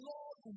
Lord